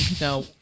Now